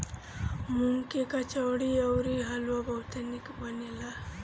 मूंग के कचौड़ी अउरी हलुआ बहुते निक बनेला